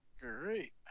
Great